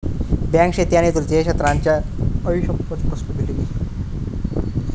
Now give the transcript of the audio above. bank शेती आणि तृतीय क्षेत्राच्या गरजांसाठी उत्पादना आणि सेवा उपलब्ध करून दिता